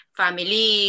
family